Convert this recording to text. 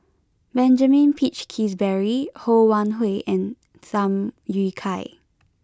Benjamin Peach Keasberry Ho Wan Hui and Tham Yui Kai